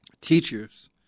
teachers